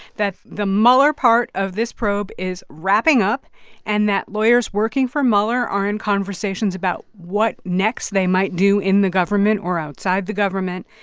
that the mueller part of this probe is wrapping up and that lawyers working for mueller are in conversations about what next they might do in the government or outside the government.